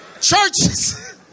Churches